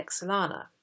Exolana